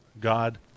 God